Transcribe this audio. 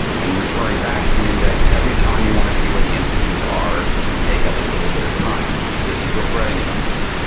and referring back to the index, every time you want to see where the instances are can take up a little bit of time. this is where threading comes in.